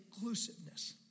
inclusiveness